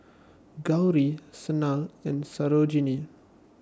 Gauri Sanal and Sarojini